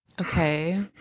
Okay